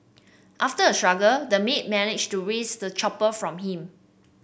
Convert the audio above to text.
after a struggle the maid managed to wrest the chopper from him